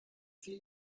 fiel